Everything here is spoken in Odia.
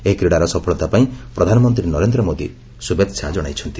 ଏହି କ୍ରୀଡ଼ାର ସଫଳତାପାଇଁ ପ୍ରଧାନମନ୍ତ୍ରୀ ନରେନ୍ଦ୍ର ମୋଦି ଶ୍ରଭ୍ଚେଚ୍ଛା ଜଣାଇଛନ୍ତି